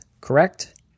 correct